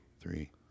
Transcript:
three